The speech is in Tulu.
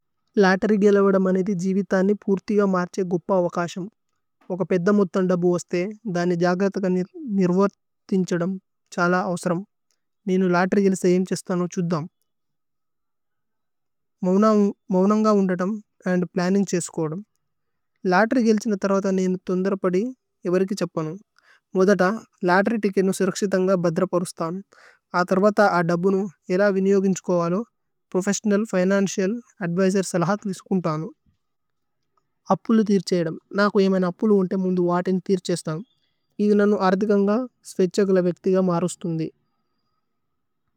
ലത്തേരി ഗേല വദ മനേതി ജിവിഥ നി പുര്ഥിയ മര്ഛേ ഗോപ്പ അവകശേമ്। മുക പേദ്ദ മത്ഥ ന്ദബു വസ്ഥേ, ദനി ജഗതക നി നിരുവര്, തിന്ഛദമ്, ഛല അഓസ്രമ്। നേനു ലത്തേരി ഗേലി സയേമ് ഛേശ്ഥാന് മോ ഛുദ്ധമ്। മോഉനന്ഘ ഉന്ദതമ് അന്ദ് പ്ലന്നിന്ഗ് ഛേസ്കോദമ്। ലത്തേരി ഗേലി ഛ്ന തവദ നേനേ തോന്ദരപദി, ഏവരി കി ഛപ്പനു। മോര്ദത, ലത്തേരി തികേന്നു സിരക്ശിഥന്ഗ ബദ്ര പരുശ്താന്। അതേര്വത അ ദബുനു ഇല വിന്യോഗിന്ഛ്കോവലോ പ്രോഫേസ്സിഓനല്, ഫിനന്ചിഅല്, അദ്വിസേര്സ് അല്ഹ തിശുകുന്ഥനു। അപ്പു ലി തിര് ഛേദമ്। നകു ഏ മൈന് അപ്പു ലി ഉന്തമ് മുന്ദു വതേന്ഗി തിര് ഛേശ്ഥാന്। ഏവിനനു അര്ഥികന്ഗ സ്വേഛകല വേക്തി ഗ മരുശ് തോന്ദി।